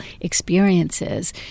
experiences